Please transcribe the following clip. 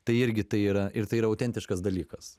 tai irgi tai yra ir tai autentiškas dalykas